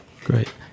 Great